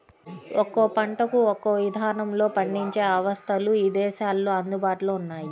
ఒక్కో పంటకు ఒక్కో ఇదానంలో పండించే అవస్థలు ఇదేశాల్లో అందుబాటులో ఉన్నయ్యి